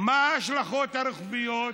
מה ההשלכות הרוחביות?